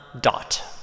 Dot